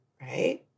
Right